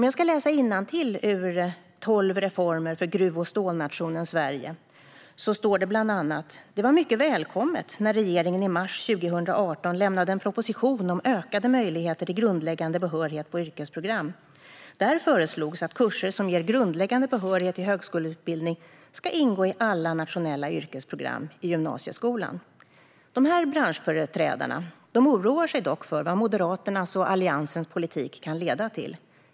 Jag läser innantill ur Tolv reformer för g ruv och stålnationen Sverige : "Det var mycket välkommet när regeringen i mars 2018 lämnade en proposition om ökade möjligheter till grundläggande behörighet på yrkesprogram. Där föreslogs att kurser som ger grundläggande behörighet till högskoleutbildning ska ingå i alla nationella yrkesprogram i gymnasieskolan." Branschföreträdarna oroar sig dock för vad Moderaternas och Alliansens politik kan leda till.